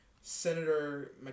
Senator